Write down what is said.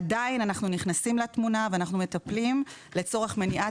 אנחנו עדיין נכנסים לתמונה ואנחנו מטפלים לצורך מניעת